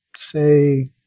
Say